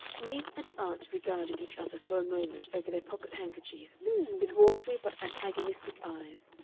niece and aunt regarded each other for a moment over their pocket-handkerchiefs with watery but antagonistic eyes,